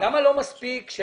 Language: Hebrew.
למה צריך לפרסם?